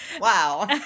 Wow